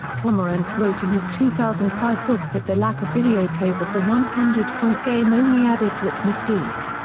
pomerantz wrote in his two thousand and five book that the lack of videotape of the one hundred point game only added to its mystique.